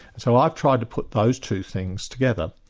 so i've tried to put those two things together.